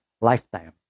lifetime